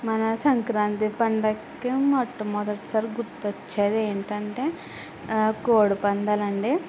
మన సంక్రాంతి పండుగకి మొట్ట మొదటిసారి గుర్తొచ్చేది ఏంటంటే కోడి పందాలండీ